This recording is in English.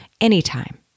anytime